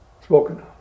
spoken